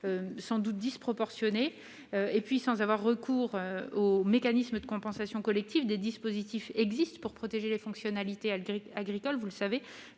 une mesure disproportionnée. Par ailleurs, sans avoir recours au mécanisme de compensation collective, des dispositifs existent pour protéger les fonctionnalités agricoles, tels que les